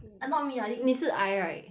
ah not me I think 你是 I right